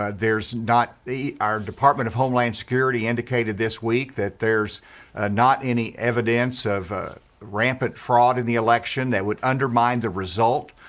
ah there's not our department of homeland security indicated this week that there's not any evidence of ram pant fraud in the election that would undermine the result.